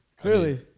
Clearly